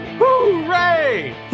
Hooray